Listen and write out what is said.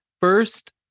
first